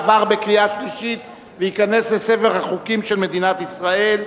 עבר בקריאה שלישית וייכנס לספר החוקים של מדינת ישראל.